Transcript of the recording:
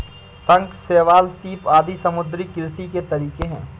शंख, शैवाल, सीप आदि समुद्री कृषि के तरीके है